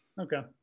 Okay